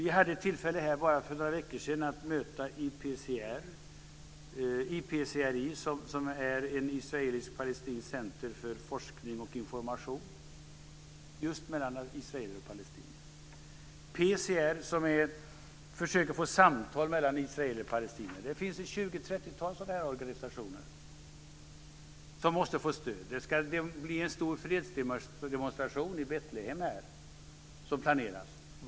Vi hade ett tillfälle bara för några veckor sedan att möta IPCRI, som är ett israeliskt/palestinskt centrum för forskning och för information just mellan israeler och palestinier. Det finns också PCR, som försöker få samtal mellan israeler och palestinier. Det finns 20-30 sådana här organisationer som måste få stöd. Det planeras en stor fredsdemonstration i Betlehem.